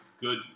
good